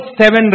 seven